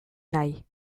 nahi